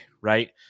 right